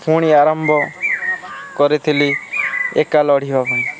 ପୁଣି ଆରମ୍ଭ କରିଥିଲି ଏକା ଲଢ଼ିବା ପାଇଁ